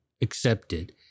accepted